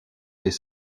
les